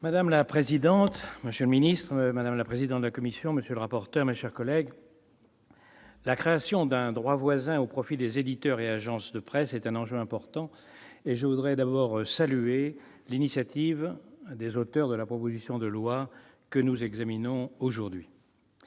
Madame la présidente, monsieur le ministre, madame la présidente de la commission, monsieur le rapporteur, mes chers collègues, la création d'un droit voisin au profit des éditeurs et des agences de presse est un enjeu important. Je voudrais à ce titre saluer l'initiative des auteurs de la proposition de loi que nous examinons aujourd'hui.